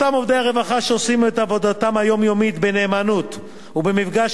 אותם עובדי רווחה שעושים את עבודתם היומיומית בנאמנות ובמפגש